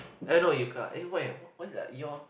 I know you cut eh why your what's that your